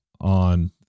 on